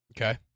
Okay